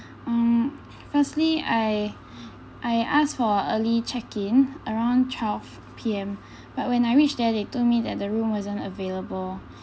um firstly I I ask for early check-in around twelve P_M but when I reach there they told me that the room wasn't available